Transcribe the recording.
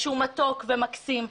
שהוא מתוק ומקסים,